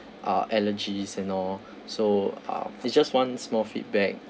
uh allergies you know so uh it's just one small feedback